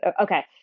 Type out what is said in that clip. Okay